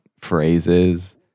phrases